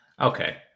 Okay